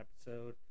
episode